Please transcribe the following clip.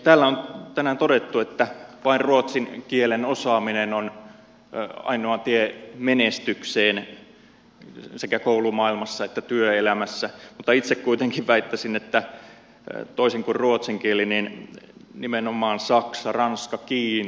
täällä on tänään todettu että vain ruotsin kielen osaaminen on ainoa tie menestykseen sekä koulumaailmassa että työelämässä mutta itse kuitenkin väittäisin että toisin kuin ruotsin kieli niin nimenomaan saksa ranska kiina